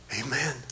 Amen